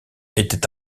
était